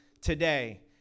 today